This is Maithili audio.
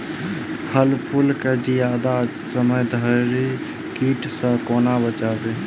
फल फुल केँ जियादा समय धरि कीट सऽ कोना बचाबी?